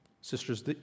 Sisters